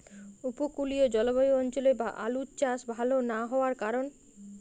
উপকূলীয় জলবায়ু অঞ্চলে আলুর চাষ ভাল না হওয়ার কারণ?